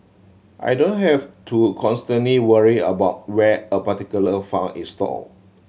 I don't have to constantly worry about where a particular is stored